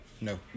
No